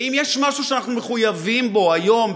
ואם יש משהו שאנחנו מחויבים בו היום,